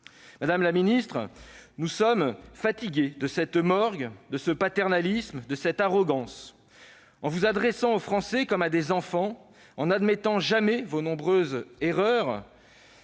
Madame la ministre, nous sommes fatigués de cette morgue, de ce paternalisme, de cette arrogance. En vous adressant aux Français comme à des enfants, en n'admettant jamais vos nombreuses erreurs,